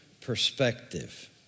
perspective